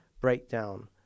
breakdown